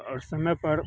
और समय पर